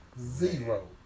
Zero